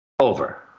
Over